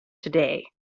today